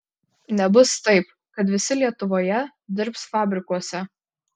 nebus taip kad visi lietuvoje dirbs fabrikuose